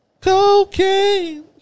Cocaine